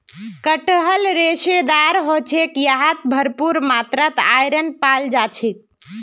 कटहल रेशेदार ह छेक यहात भरपूर मात्रात आयरन पाल जा छेक